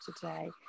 today